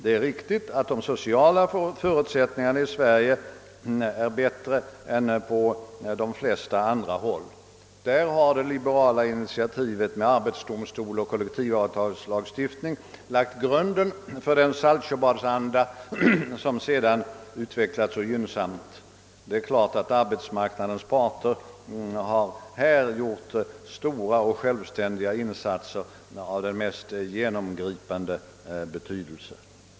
Det är riktigt att de sociala förutsättningarna i Sverige är bättre än på de flesta andra håll. Det liberala initiativet med arbetsdomstol och kollektivavtalslagstiftning har under socialdemokratiskt motstånd lagt grunden för den Saltsjöbadsanda som sedan utvecklats så gynnsamt. Det är klart att arbetsmarknadens parter härvidlag har gjort stora och självständiga insatser av den mest genomgripande betydelse.